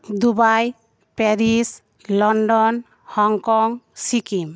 Dubai Paris London Hong Kong Sikkim